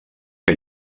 que